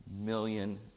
million